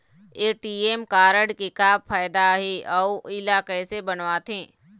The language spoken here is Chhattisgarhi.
ए.टी.एम कारड के का फायदा हे अऊ इला कैसे बनवाथे?